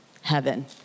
heaven